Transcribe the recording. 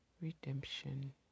redemption